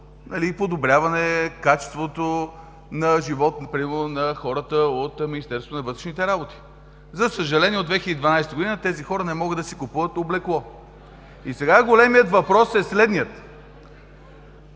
подобряване качеството на живот примерно на хората от Министерството на вътрешните работи. За съжаление, от 2012 г. тези хора не могат да си купуват облекло. Сега големият въпрос е следният: